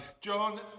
john